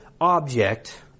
object